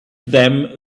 them